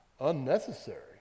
Unnecessary